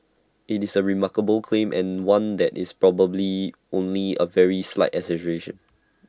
IT is A remarkable claim and one that is probably only A very slight exaggeration